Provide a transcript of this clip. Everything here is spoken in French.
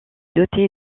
dotée